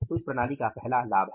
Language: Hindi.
तो यह इस प्रणाली का पहला लाभ है